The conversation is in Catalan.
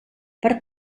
per